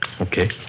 Okay